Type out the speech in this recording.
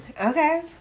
Okay